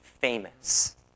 famous